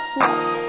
Smoke